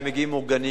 הם מגיעים מאורגנים,